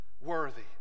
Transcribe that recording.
worthy